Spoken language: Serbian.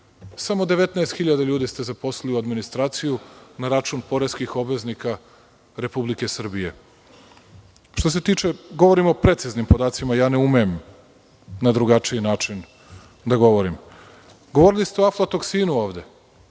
Samo 19.000 ljudi ste zaposlili u administraciji, na račun poreskih obveznika Republike Srbije. Govorim o preciznim podacima, ne umem na drugačiji način da govorim. Govorili ste i o aflatoksinu ovde.